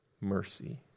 mercy